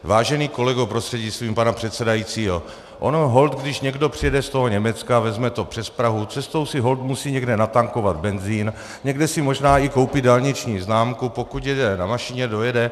Vážený kolego prostřednictvím pana předsedajícího, ono holt, když někdo přijede z toho Německa, vezme to přes Prahu, cestou si holt musí někde natankovat benzín, někde si možná i koupí dálniční známku, pokud jede na mašině, dojede.